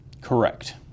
Correct